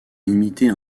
limitée